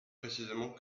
précisément